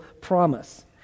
promise